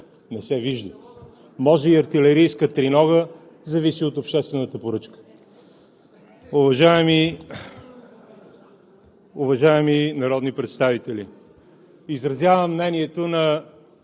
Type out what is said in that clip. не се вижда. Може и артилерийска тринога, зависи от обществената поръчка. (Реплики, смях, оживление.) Уважаеми народни представители, изразявам мнението на